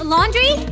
Laundry